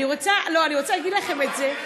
אני רוצה להגיד לכם את זה,